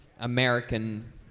American